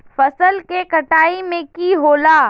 फसल के कटाई में की होला?